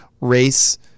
Race